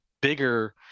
bigger